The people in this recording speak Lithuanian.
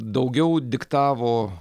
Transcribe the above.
daugiau diktavo